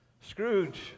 Scrooge